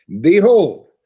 Behold